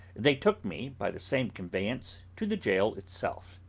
they took me, by the same conveyance, to the jail itself.